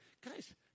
guys